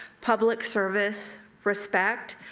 public service, respect,